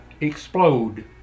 explode